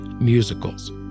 musicals